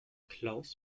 klaus